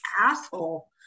asshole